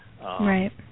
Right